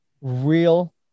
real